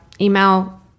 email